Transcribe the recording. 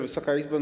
Wysoka Izbo!